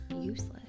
useless